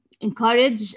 encourage